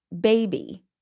baby